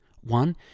One